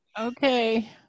Okay